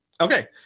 Okay